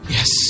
Yes